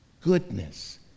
goodness